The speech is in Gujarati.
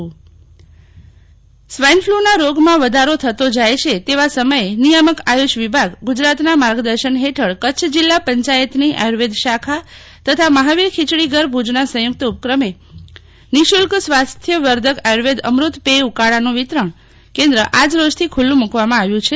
શિતલ વૈશ્નવ આર્યુવદ ઉકાળાનું વિતરણ સ્વાઈન ફલુના રોગમાં વધારો થતો જાય છે તેવા સમયે નિયામક આયુષ વિભાગ ગજરાતના માર્ગદર્શન હેઠળ કચ્છ જિલ્લા પંચાયતની આયુર્વેદ શાખા તથા મહાવીર ખીચડી ઘર ભુજ ના સયુંકત ઉપક્રમે નિઃશુલ્ક સ્વાર્થવર્ધક આયુવદ અમત પેય ઉકાળાનું વિતરણ કેન્દ આજ રોજથી ખુલ્લું મુકવામાં આવ્યું છ